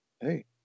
Hey